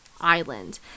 island